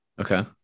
okay